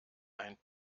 ein